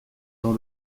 dans